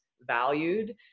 valued